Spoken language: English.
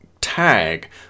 tag